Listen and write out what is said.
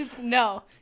No